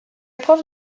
preuve